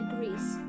Greece